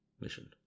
mission